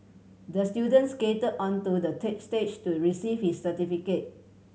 the student skated onto the stage to receive his certificate